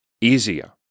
easier